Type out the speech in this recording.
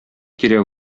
кирәк